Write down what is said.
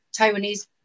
Taiwanese